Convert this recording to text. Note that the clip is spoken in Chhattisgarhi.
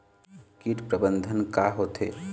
कीट प्रबंधन का होथे?